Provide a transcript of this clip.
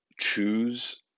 choose